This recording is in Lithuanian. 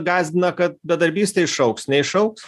gąsdina kad bedarbystė išaugs neišaugs